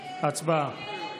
הצבעה.